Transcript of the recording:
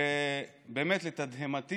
ובאמת לתדהמתי,